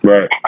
Right